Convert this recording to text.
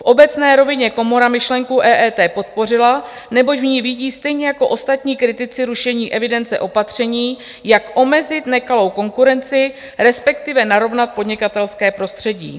V obecné rovině komora myšlenku EET podpořila, neboť v ní vidí, stejně jako ostatní kritici rušení evidence, opatření, jak omezit nekalou konkurenci, respektive narovnat podnikatelské prostředí.